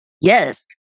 yes